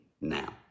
now